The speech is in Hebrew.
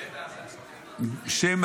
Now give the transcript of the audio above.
שם,